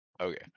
Okay